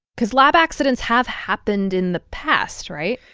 because lab accidents have happened in the past, right?